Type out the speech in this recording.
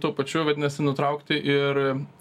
tuo pačiu vadinasi nutraukti ir